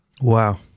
Wow